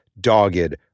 dogged